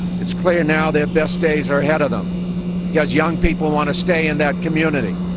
it's clear now their best days are ahead of them because young people want to stay in that community.